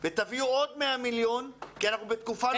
ותביאו עוד 100 מיליון ‏כי אנחנו בתקופה לא פשוטה.